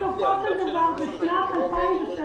בסופו של דבר בשנת 2016